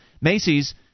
Macy's